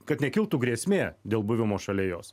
kad nekiltų grėsmė dėl buvimo šalia jos